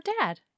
dad